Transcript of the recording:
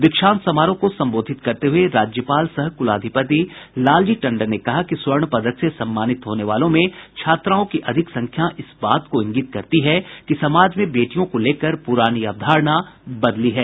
दीक्षांत समारोह को संबोधित करते हुए राज्यपाल सह कुलाधिपति लालजी टंडन ने कहा कि स्वर्ण पदक से सम्मानित होने वालों में छात्राओं की अधिक संख्या इस बात को इंगित करती है कि समाज में बेटियों को लेकर पुरानी अवधारणा बदली है